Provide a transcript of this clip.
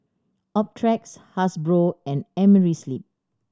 Optrex Hasbro and Amerisleep